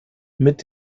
mit